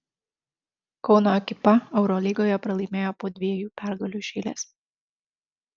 kauno ekipa eurolygoje pralaimėjo po dviejų pergalių iš eilės